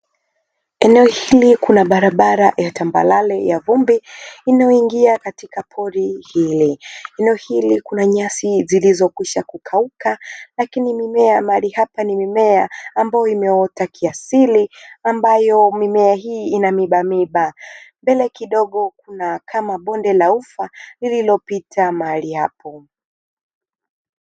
Eneo hili kuna barabara ya tambarare ya vumbi inayoingia katika pori hili eneo hili kana nyasi zilizokwisha kukauka lakini mimea ya mahali hapa ni mimea ambayo imeota kiasiri ambayo mimea hii inamibamiba mbele kidogo kuna kama bonde la ufa liliopita mahali apo.